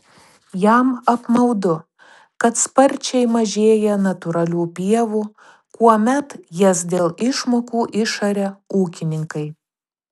jam apmaudu kad sparčiai mažėja natūralių pievų kuomet jas dėl išmokų išaria ūkininkai